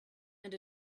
and